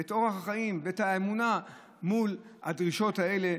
את אורח החיים ואת האמונה מול הדרישות האלה,